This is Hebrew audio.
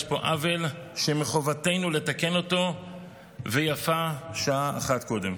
יש פה עוול שמחובתנו לתקן אותו ויפה שעה אחת קודם.